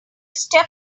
step